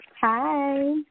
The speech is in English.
Hi